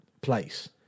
place